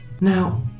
Now